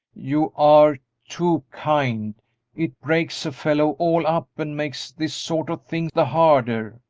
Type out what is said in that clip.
you are too kind it breaks a fellow all up and makes this sort of thing the harder!